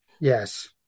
Yes